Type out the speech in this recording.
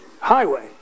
highway